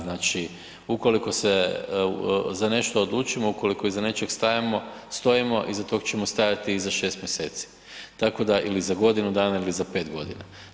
Znači ukoliko se za nešto odlučimo, ukoliko iza nečeg stojimo, iza tog ćemo stajati i za 6 mjeseci, tako da, ili za godinu dana ili za 5 godina.